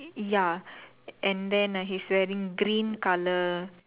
ya and then uh he is wearing green colour